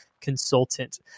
consultant